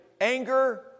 anger